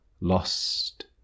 Lost